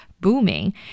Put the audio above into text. booming